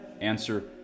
Answer